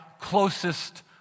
closest